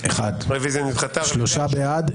הצבעה בעד,